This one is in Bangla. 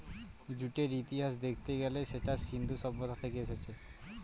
জুটের ইতিহাস দেখতে গেলে সেটা সিন্ধু সভ্যতা থেকে এসেছে